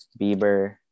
Bieber